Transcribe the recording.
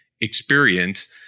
experience